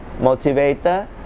motivator